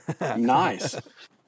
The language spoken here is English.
Nice